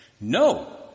No